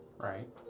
Right